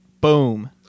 boom